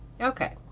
okay